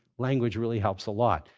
language really helps a lot.